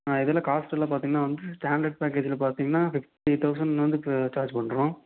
ஆ இதில் காஸ்ட்டுலாம் பார்த்தீங்னா வந்து ஸ்டாண்டர்ட் பேக்கேஜியில் பார்த்தீங்கன்னா ஃபிஃப்ட்டி தௌசண்ட்லேருந்து சார்ஜ் பண்ணுறோம்